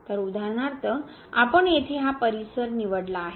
तर उदाहरणार्थ आपण येथे हा परिसर निवडला आहे